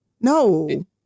No